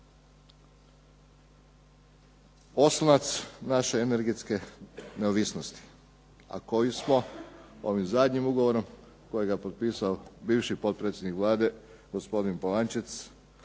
oslonac naše energetske neovisnosti, a koje smo ovim zadnjim ugovorom kojeg je potpisao bivši potpredsjednik Vlade gospodin Polančec